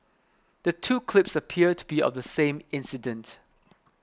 the two clips appear to be of the same incident